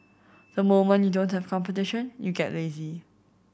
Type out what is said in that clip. the moment you don't have competition you get lazy